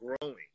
growing